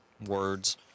words